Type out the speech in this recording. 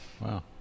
Wow